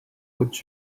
would